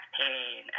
pain